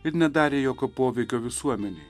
ir nedarė jokio poveikio visuomenei